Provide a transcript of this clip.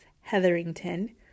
Hetherington